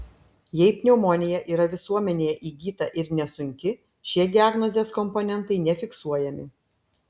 jei pneumonija yra visuomenėje įgyta ir nesunki šie diagnozės komponentai nefiksuojami